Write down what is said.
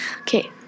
Okay